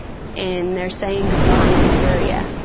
and they're saying goodbye in syria.